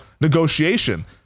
negotiation